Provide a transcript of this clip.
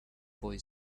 boy